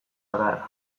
bakarra